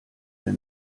der